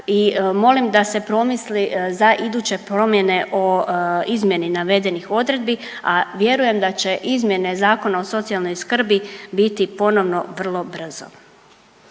i molim da se promisli za iduće promjene o izmjeni navedenih odredbi, a vjerujem da će izmjene Zakona o socijalnoj skrbi biti ponovno vrlo brzo.